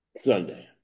Sunday